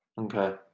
Okay